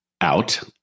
out